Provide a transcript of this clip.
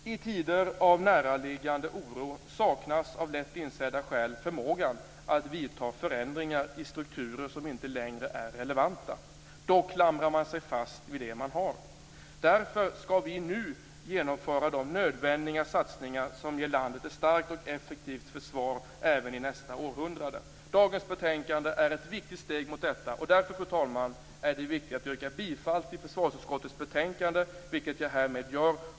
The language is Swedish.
I tider av näraliggande oro saknas av lätt insedda skäl förmågan att vidta förändringar i strukturer som inte längre är relevanta. Då klamrar man sig fast vid det man har. Därför skall vi nu genomföra de nödvändiga satsningar som ger landet ett starkt och effektivt försvar även i nästa århundrade. Dagens betänkande är ett viktigt steg mot detta, och därför, fru talman, är det viktigt att yrka bifall till hemställan i försvarsutskottets betänkande, vilket jag härmed gör.